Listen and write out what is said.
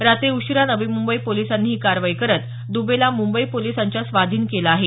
रात्री उशीरा नवी मुंबई पोलिसांनी ही कारवाई करत दुबे ला मुंबई पोलिसांच्या स्वाधीन केलं आहे